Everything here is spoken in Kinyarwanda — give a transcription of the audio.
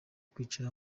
kwicara